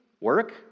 work